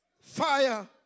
fire